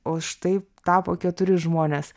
o štai tapo keturi žmonės